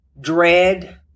dread